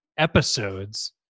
episodes